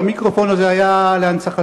אז המיקרופון הזה היה להנצחתי,